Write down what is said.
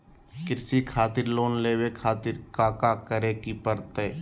कृषि खातिर लोन लेवे खातिर काका करे की परतई?